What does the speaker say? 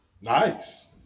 nice